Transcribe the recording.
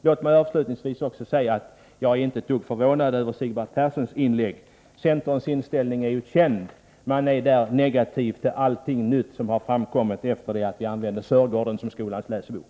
Låt mig avslutningsvis säga att jag inte är ett dugg förvånad över Sigvard Perssons inlägg — centerns inställning är ju känd: Man är negativ till allting som framkommit efter det att vi använde Sörgården som skolans läsebok.